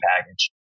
package